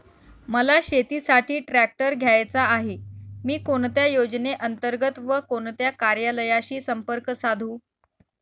मला शेतीसाठी ट्रॅक्टर घ्यायचा आहे, मी कोणत्या योजने अंतर्गत व कोणत्या कार्यालयाशी संपर्क साधू?